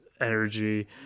energy